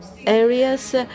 areas